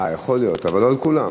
יכול להיות, אבל לא על כולם.